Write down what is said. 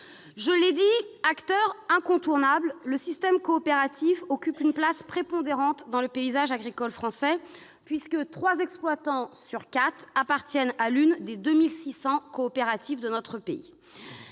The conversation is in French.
est un acteur incontournable, car il occupe une place prépondérante dans le paysage agricole français. Trois exploitants sur quatre appartiennent à l'une des 2 600 coopératives de notre pays.